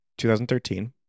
2013